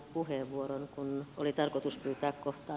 puheenvuoron kun oli tarkoitus pitää kohta